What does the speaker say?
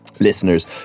Listeners